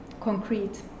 concrete